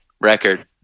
record